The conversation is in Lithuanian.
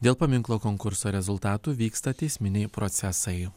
dėl paminklo konkurso rezultatų vyksta teisminiai procesai